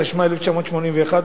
התשמ"א 1981,